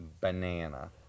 banana